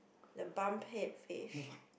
the bump head fish